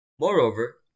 Moreover